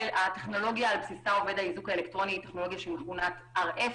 הטכנולוגיה שעל בסיסה עובד האיזוק האלקטרוני היא טכנולוגיה שמכונה RF,